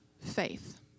faith